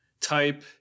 type